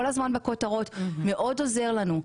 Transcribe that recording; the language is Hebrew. וכל הזמן בכותרות מאוד עוזר לנו.